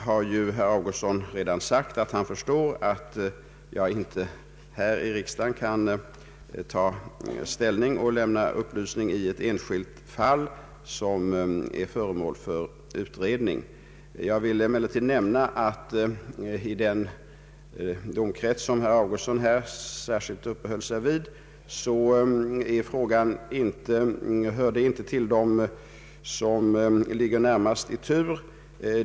Herr Augustsson har redan sagt att han förstår att jag inte här i riksdagen kan ta ställning och lämna upplysning i ett enskilt fall som är föremål för utredning. Jag vill emellertid nämna att den domkrets som herr Augustsson här särskilt uppehöll sig vid inte hör till dem som ligger närmast i tur.